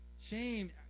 Shame